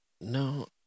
No